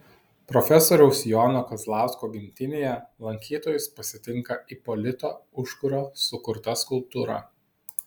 profesoriaus jono kazlausko gimtinėje lankytojus pasitinka ipolito užkurio sukurta skulptūra